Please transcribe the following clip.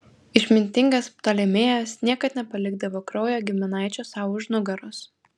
išmintingas ptolemėjas niekad nepalikdavo kraujo giminaičio sau už nugaros